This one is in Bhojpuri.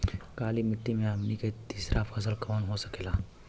काली मिट्टी में हमनी के तीसरा फसल कवन हो सकेला?